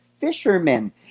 fishermen